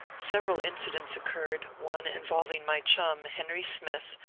several incidents occurred, one involving my chum, henry smith,